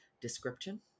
description